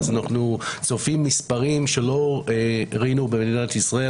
אז אנחנו צופים מספרים שלא ראינו במדינת ישראל